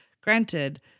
Granted